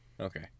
Okay